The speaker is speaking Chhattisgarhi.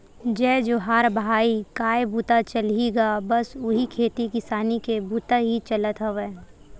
जय जोहार भाई काय बूता चलही गा बस उही खेती किसानी के बुता ही चलत हवय